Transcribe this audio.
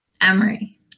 Emery